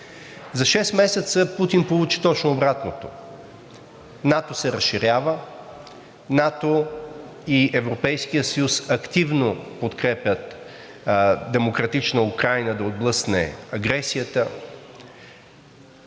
За шест месеца Путин получи точно обратното – НАТО се разширява, НАТО и Европейският съюз активно подкрепят демократична Украйна да отблъсне агресията,